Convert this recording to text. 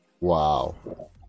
Wow